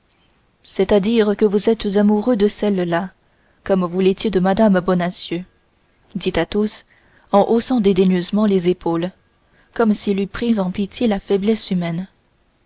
c'est-à-dire que vous êtes amoureux de celle-là comme vous l'étiez de mme bonacieux dit athos en haussant dédaigneusement les épaules comme s'il eût pris en pitié la faiblesse humaine